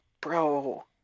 bro